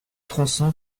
tronçon